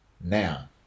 now